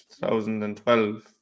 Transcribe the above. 2012